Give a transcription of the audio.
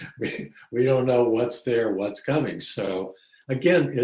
we don't know what's there, what's coming. so again,